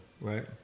right